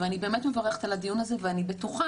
ואני באמת מברכת על הדיון הזה ואני בטוחה